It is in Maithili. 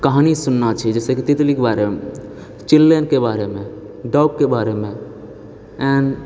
कहानी सुनना छै जैसे कि तितली कऽ बारे मऽ चिलैन के बारे मऽ डॉगके बारेमे एंड